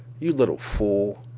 you little fool.